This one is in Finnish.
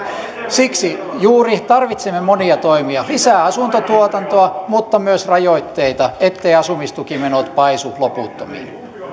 siksi juuri tarvitsemme monia toimia lisää asuntotuotantoa mutta myös rajoitteita etteivät asumistukimenot paisu loputtomiin